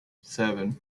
seven